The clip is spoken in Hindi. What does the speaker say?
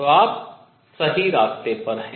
तो आप सही रास्ते पर हैं